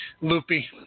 loopy